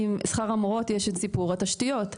עם שכר המורות יש את סיפור התשתיות,